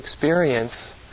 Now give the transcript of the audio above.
experience